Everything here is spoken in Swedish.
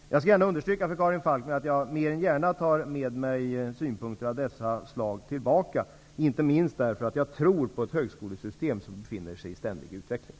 Jag vill understryka, Karin Falkmer, att jag mer än gärna tar med mig synpunkter av dessa slag tillbaka till departementet, inte minst därför att jag tror på ett högskolesystem som befinner sig i ständig utveckling.